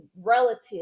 relative